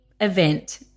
event